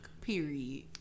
Period